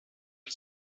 est